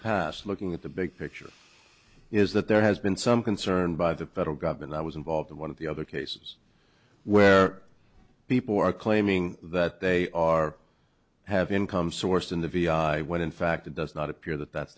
past looking at the big picture is that there has been some concern by the federal government i was involved in one of the other cases where people are claiming that they are have income source in the v i i when in fact it does not appear that that's